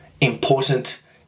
important